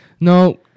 No